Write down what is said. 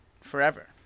Forever